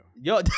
Yo